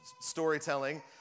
storytelling